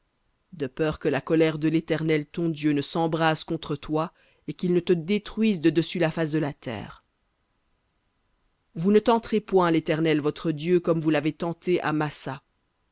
de peur que la colère de l'éternel ton dieu ne s'embrase contre toi et qu'il ne te détruise de dessus la face de la terre vous ne tenterez point l'éternel votre dieu comme vous l'avez tenté à massa